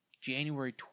January